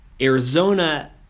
Arizona